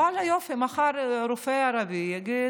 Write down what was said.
ואללה יופי, מחר רופא ערבי יגיד שסליחה,